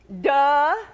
Duh